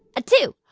a two,